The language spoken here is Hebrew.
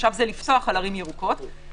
עכשיו זה לפסוח על ערים ירוקות - זה